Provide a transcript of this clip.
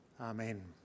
Amen